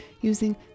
using